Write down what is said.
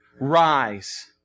rise